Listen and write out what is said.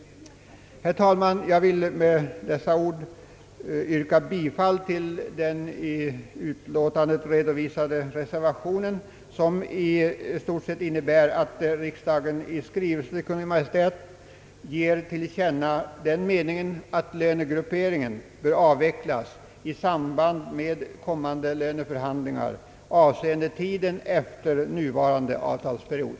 Jag vill, herr talman, med dessa ord yrka bifall till den vid utskottsutlåtandet fogade reservationen, som innebär att riksdagen i skrivelse till Kungl. Maj:t ger till känna, att lönegrupperingen bör avvecklas i samband med kommande löneförhandlingar avseende tiden efter nuvarande avtalsperiod.